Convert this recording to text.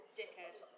dickhead